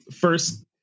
first